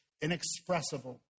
inexpressible